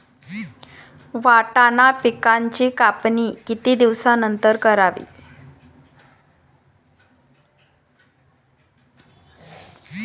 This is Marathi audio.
वाटाणा पिकांची कापणी किती दिवसानंतर करावी?